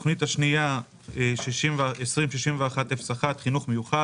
תכנית מספר 206101:2 חינוך מיוחד